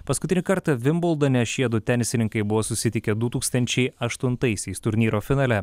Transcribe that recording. paskutinį kartą vimbuldone šiedu tenisininkai buvo susitikę du tūkstančiai aštuntaisiais turnyro finale